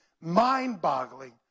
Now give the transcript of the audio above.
mind-boggling